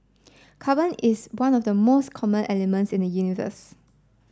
carbon is one of the most common elements in the universe